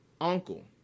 uncle